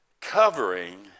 covering